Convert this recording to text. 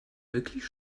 wirklich